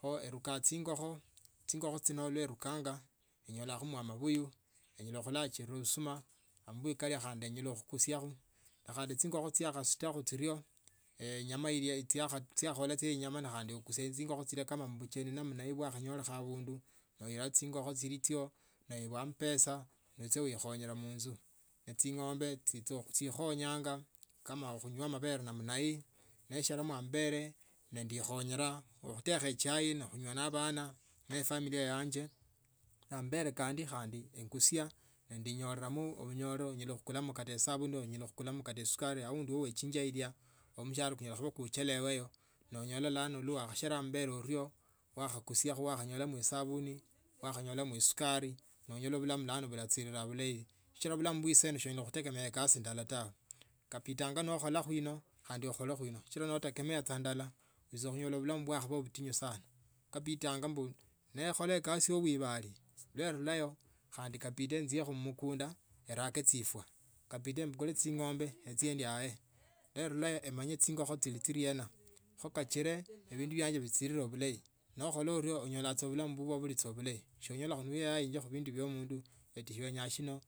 kho eruka. Chingokho chingokho chino lwa enikanga enyolamo amabuyu enyala khulachina kusuma amabuyo kale khandi nyala khukuriakho no khandi chingokho chiakhaesutakho chirwo enyaa ilia yakhaola ya enyama khandi okusia mumucheni namna hiyo bwakhakholeka abundu noyila chingokho chili chyosi noebwa amapesa noulicha. Wichonyela munzu nechingombe chukhonyanga kama khulio amabele namna hii nesherena ambele nendikhonyela ekhuteka echai mo inywa na abana nefamila yanje ne ambele khandi engusia. Nendinyoramo ubunyolo nyala khukulamo esabuni enyala khukulamio kata esukari aundi owechingwa ilya omushahara kunyala kuba kuchelewe nonyola luwano wakhasheranga ambele orio wakhakusia wakhanyolamo esabuni wakhanyolamoo esukari nonyola bulamu bulano buchirira bulayi sichira bulamu bwe saino so onyola khutegemea ekasi ndala tawe kabi danga noikholakho mo khandi akholekho ino sichila notegemya sa ndala wicha khunyolabulamu bwakhaba butinyu sana kabindanga mbu nekhola kasi ya baibali nerulayo khandi kabide enjiye mumukunda erake chifwa kabida embukule chingombe echie ndiaye nerulao emonye chingokho chili chirenda kho kachile ebindu bianje bichirere bulayi nachola urio onyola sa bulamu bubwo buchirira bulai sonyelekha no wiyaya mubindu bino ati wenya sino.